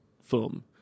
film